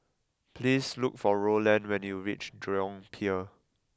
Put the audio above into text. please look for Roland when you reach Jurong Pier